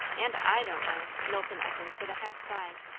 and i don't know! knowlton echoed with a half-sigh.